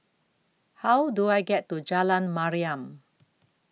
How Do I get to Jalan Mariam